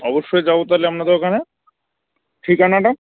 অবশ্যই যাবো তাহলে আপনাদের ওখানে ঠিকানাটা